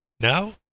Now